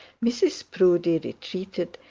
mrs proudie retreated,